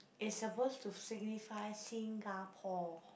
is supposed to signify Singapore